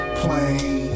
plane